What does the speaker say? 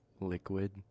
liquid